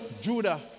Judah